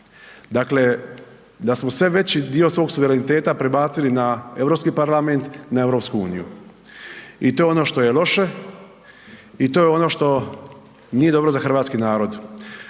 Dakle, da smo sve veći dio svog suvereniteta prebacili na EU parlament i na EU. I to je ono što je loše i to je ono što nije dobro za hrvatski narod.